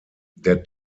der